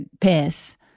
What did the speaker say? piss